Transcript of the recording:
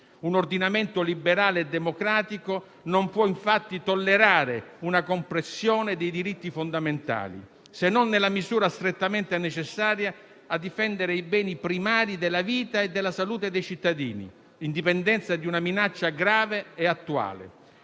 Un ordinamento liberale e democratico non può infatti tollerare una compressione dei diritti fondamentali, se non nella misura strettamente necessaria a difendere i beni primari della vita e della salute dei cittadini, in dipendenza di una minaccia grave e attuale.